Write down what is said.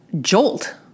jolt